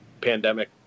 pandemic